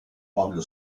pablo